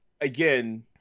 again